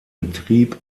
betrieb